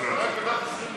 לשנת התקציב 2015,